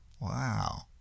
Wow